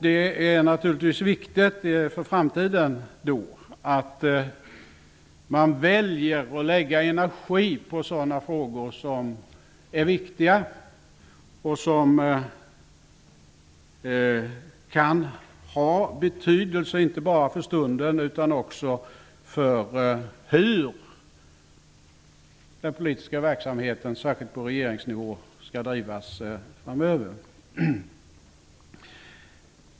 Det är viktigt för framtiden att man väljer att lägga energi på sådana frågor som är viktiga och som kan ha betydelse, inte bara för stunden utan också för hur den politiska verksamheten särskilt på regeringsnivå skall bedrivas framöver.